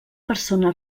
persona